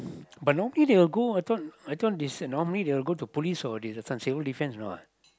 but normally they will go I thought I thought is normally they will go to police or this uh this one civil defence or not